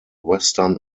western